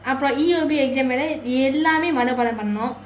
அப்புறம்:appuram E_O_B exam வேற எல்லாமே மனப்பாடம் பண்ணோம்:vera ellaamae manappaadam pannnom